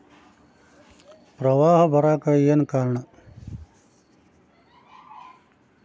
ಪ್ರವಾಹ ಬರಾಕ್ ಏನ್ ಕಾರಣ?